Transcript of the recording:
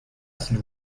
s’il